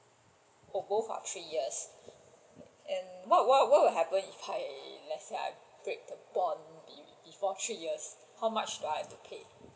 oh both are three years and what what would happen if I let's say I break the bond be~ before three years how much do I have to pay